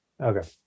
okay